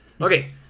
okay